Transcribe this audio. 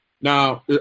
now